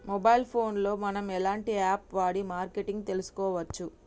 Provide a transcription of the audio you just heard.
Mobile phone లో మనం ఎలాంటి యాప్ వాడి మార్కెటింగ్ తెలుసుకోవచ్చు?